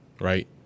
right